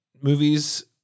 movies